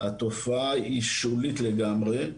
התופעה היא שולית לגמרי.